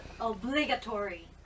obligatory